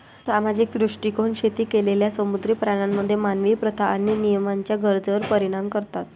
सामाजिक दृष्टीकोन शेती केलेल्या समुद्री प्राण्यांमध्ये मानवी प्रथा आणि नियमांच्या गरजेवर परिणाम करतात